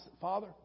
Father